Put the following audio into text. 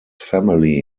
family